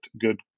good